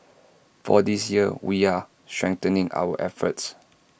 for this year we're strengthening our efforts